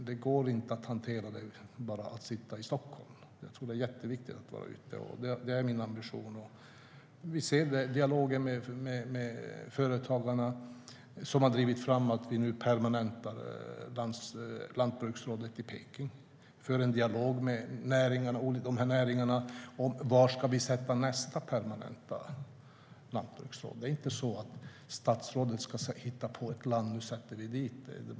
Det går inte att hantera det genom att bara sitta i Stockholm. Det är min ambition att vara ute. Vi ser att det är dialogen med företagarna som har drivit fram att vi nu permanentar lantbruksrådet i Peking. Vi för en dialog med näringarna om var vi ska förlägga nästa permanenta lantbruksråd. Det är inte statsrådet som ska hitta på ett land och säga: Nu sätter vi till rådet!